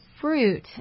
fruit